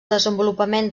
desenvolupament